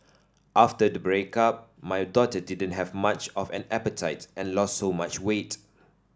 after the breakup my daughter didn't have much of an appetite and lost so much weight